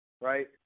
right